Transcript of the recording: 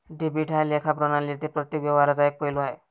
debit हा लेखा प्रणालीतील प्रत्येक व्यवहाराचा एक पैलू आहे